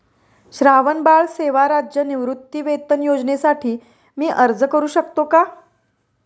श्रावणबाळ सेवा राज्य निवृत्तीवेतन योजनेसाठी मी अर्ज करू शकतो का?